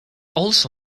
also